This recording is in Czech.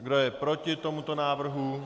Kdo je proti tomuto návrhu?